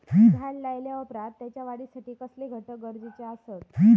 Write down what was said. झाड लायल्या ओप्रात त्याच्या वाढीसाठी कसले घटक गरजेचे असत?